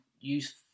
use